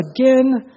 again